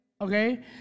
okay